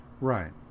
Right